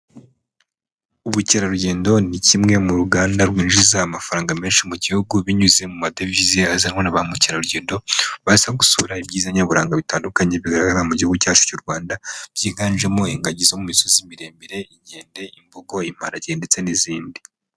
Ubukerarugendo ni kimwe mu ruganda rwinjiza amafaranga menshi mu gihugu, binyuze mu madovize azanwa na bamukerarugendo baza gusura ibyiza nyaburanga bitandukanye bigaragara mu gihugu cyacu cy'u Rwanda, byiganjemo ingagi zo mu misozi miremire, inkende, imbogo, imparage ndetse n'izindi.